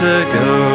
ago